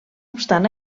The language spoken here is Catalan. obstant